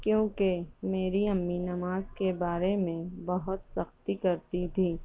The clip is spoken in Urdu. کیونکہ میری امی نماز کے بارے میں بہت سختی کرتی تھیں